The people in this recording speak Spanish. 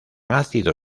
ácido